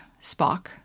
spock